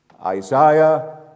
Isaiah